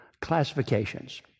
classifications